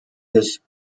his